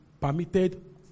permitted